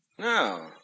No